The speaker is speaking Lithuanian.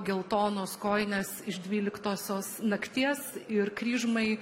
geltonos kojinės iš dvyliktosios nakties ir kryžmai